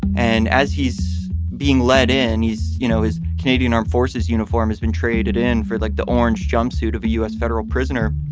and as he's being led in, he's, you know, is canadian armed forces uniform has been traded in for like the orange jumpsuit of a u s. federal prisoner.